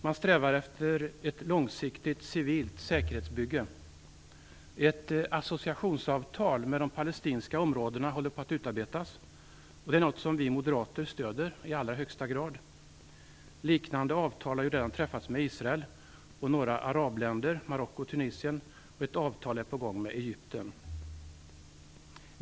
Man strävar efter ett långsiktigt civilt säkerhetsbygge. Ett associationsavtal med de palestinska områdena håller på att utarbetas, och det är något som vi moderater stöder i allra högsta grad. Liknande avtal har ju redan träffats med Israel, Marocko och Tunisien, och ett avtal håller på att utarbetas med Egypten.